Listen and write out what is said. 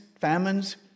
famines